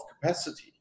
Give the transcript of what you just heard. capacity